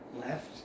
Left